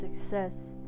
success